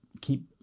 keep